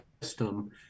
system